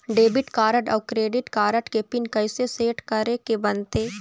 Debit card या credit card के pin कइसे सेट करे के बनते?